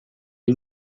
ele